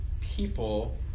people